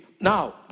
now